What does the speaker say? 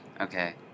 Okay